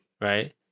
Right